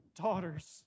daughters